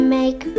make